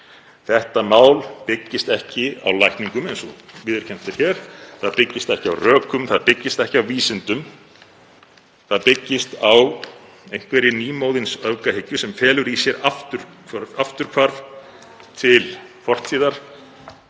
Þetta mál byggist ekki á lækningum eins og viðurkennt er hér. Það byggist ekki á rökum. Það byggist ekki á vísindum. Það byggist á einhverri nýmóðins öfgahyggju sem felur í sér afturhvarf til fortíðar,